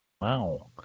Wow